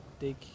take